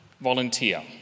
volunteer